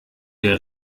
der